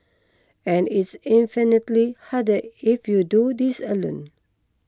and it's infinitely harder if you do this alone